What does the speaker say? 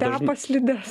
tepa slides